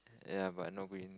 ya but nobody